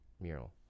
mural